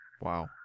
Wow